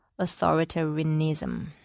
authoritarianism